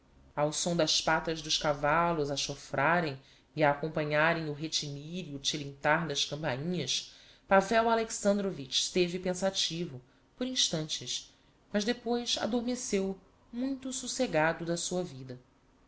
ao som das patas dos cavallos a chofrarem e a acompanharem o retinir e o telintar das campainhas pavel alexandrovitch esteve pensativo por instantes mas depois adormeceu muito socegado da sua vida